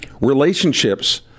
relationships